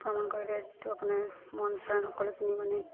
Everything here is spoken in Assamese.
ভ্ৰমণ কৰি লৈ যিটো আপোনাৰ মন প্ৰাণ সকলোখিনি মানে